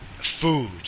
food